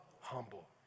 Humble